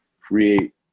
create